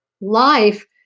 life